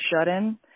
shut-in